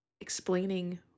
explaining